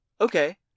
okay